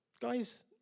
Guys